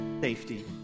safety